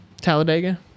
talladega